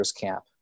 camp